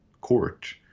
court